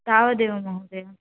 तावदेव महोदय